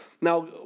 Now